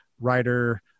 writer